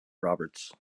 roberts